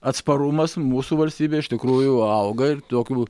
atsparumas mūsų valstybėj iš tikrųjų auga ir tokių